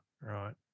right